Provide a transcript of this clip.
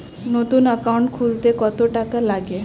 নতুন একাউন্ট খুলতে কত টাকা লাগে?